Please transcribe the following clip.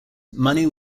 money